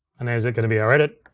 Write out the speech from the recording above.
and there's it gonna be our edit.